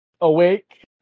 awake